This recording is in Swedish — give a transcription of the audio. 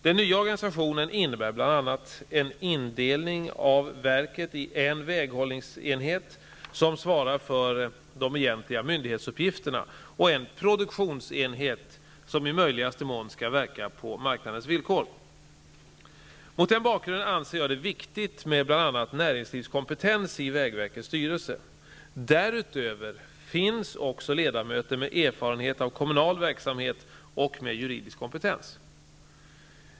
Den nya organisationen innebär bl.a. en indelning av verket i en väghållningsenhet som svarar för de egentliga myndighetsuppgifterna och en produktionsenhet som i möjligaste mån skall verka på marknadens villkor. Mot den bakgrunden anser jag det viktigt med bl.a. Därutöver finns också ledamöter med erfarenhet av kommunal verksamhet och med juridisk kompetens.